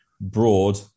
Broad